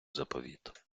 заповіт